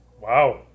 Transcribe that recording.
Wow